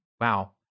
Wow